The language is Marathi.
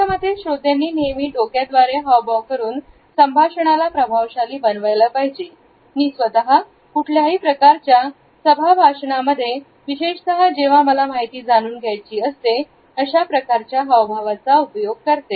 माझ्या मते श्रोत्यांनी नेहमी डोके द्वारे हावभाव करून संभाषणाला प्रभावशाली बनवायला पाहिजे मी स्वतः कुठल्याही प्रकारच्या सम भाषणामध्ये विशेषतः जेव्हा मला माहिती जाणून घ्यायची असते अशा प्रकारच्या हाव भावांचा उपयोग करते